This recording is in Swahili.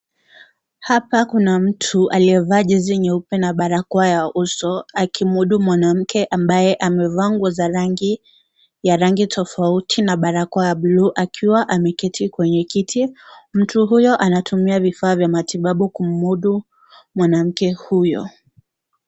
Hapa kuna mtu aliyevaa jezi nyeupe na barakoa ya uso akimhudumu mwanamke ambaye amevaa nguo za rangi- ya rangi tofauti na barakoa ya bluu akiwa ameketi kwenye kiti. Mtu huyo anatumia vifaa vya matibabu kumhudu mwanamke huyo.